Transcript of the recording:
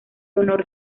honor